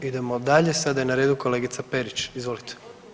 Idemo dalje, sada je na redu kolegica Perić, izvolite.